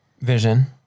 Vision